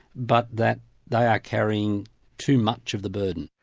but that they are carrying too much of the burden.